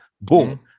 Boom